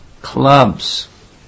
clubs